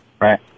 Right